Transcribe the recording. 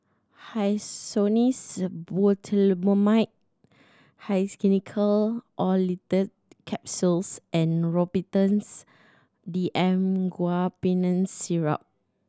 Hyoscine Butylbromide Xenical Orlistat Capsules and Robitussin D M Guaiphenesin Syrup